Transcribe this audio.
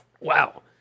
Wow